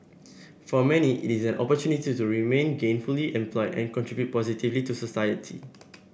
for many it is an opportunity to remain gainfully employed and contribute positively to society